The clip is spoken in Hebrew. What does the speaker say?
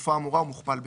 בתקופה האמורה ומוכפל ב־2,